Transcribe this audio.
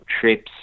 trips